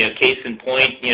and case in point,